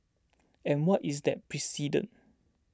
and what is that precedent